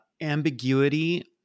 ambiguity